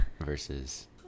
versus